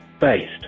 based